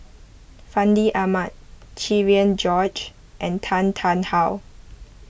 Fandi Ahmad Cherian George and Tan Tarn How